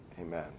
amen